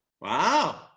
Wow